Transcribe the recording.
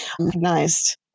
recognized